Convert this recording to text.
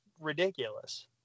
ridiculous